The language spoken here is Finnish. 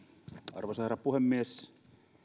arvoisa herra puhemies